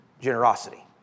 generosity